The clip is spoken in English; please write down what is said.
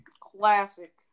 Classic